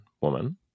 woman